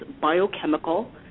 biochemical